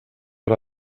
per